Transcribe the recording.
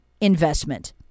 investment